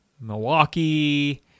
Milwaukee